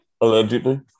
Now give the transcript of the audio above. Allegedly